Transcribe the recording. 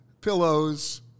pillows